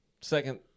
second